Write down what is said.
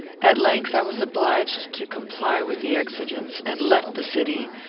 at length i was obliged to comply with the exigence, and left the city,